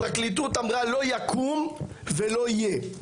הפרקליטות אמרה לא יקום ולא יהיה,